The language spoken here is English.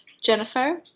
Jennifer